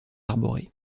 arborée